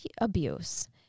abuse